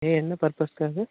ஏன் என்ன பெர்பஸ்க்காக